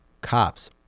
cops